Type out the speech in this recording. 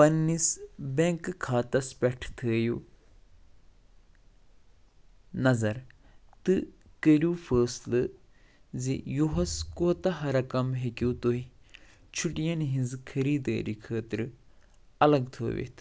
پنٕنِس بیٚنک کھاتس پیٚٹھ تھٲوِو نظر تہٕ کٔرِو فٲصلہٕ زِ یُہُس کوتاہ رقم ہیٚکِو تُہۍ چُھٹین ہٕنٛزِ خریٖدٲری خٲطرٕ الگ تھٲوِتھ